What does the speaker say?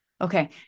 Okay